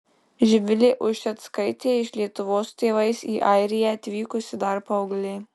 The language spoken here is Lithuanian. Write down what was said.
živilė ušeckaitė iš lietuvos su tėvais į airiją atvykusi dar paauglė